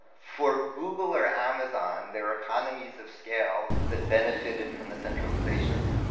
for google or amazon, they're economies of scale that benefited from the centralization.